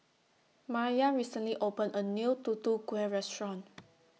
Maryann recently opened A New Tutu Kueh Restaurant